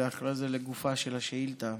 ואחרי זה לגופה של השאילתה.